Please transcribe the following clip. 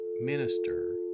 minister